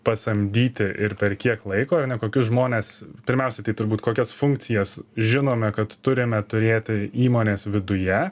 pasamdyti ir per kiek laiko ar ne kokius žmones pirmiausiai tai turbūt kokias funkcijas žinome kad turime turėti įmonės viduje